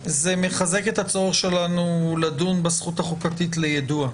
זה מחזק את הצורך שלנו לדון בזכות החוקתית ליידוע.